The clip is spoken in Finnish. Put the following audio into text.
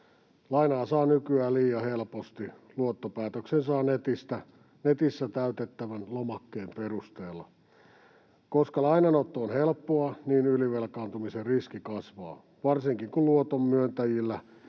Lainaa saa nykyään liian helposti: luottopäätöksen saa netissä täytettävän lomakkeen perusteella. Koska lainanotto on helppoa, ylivelkaantumisen riski kasvaa, varsinkin kun luotonmyöntäjillä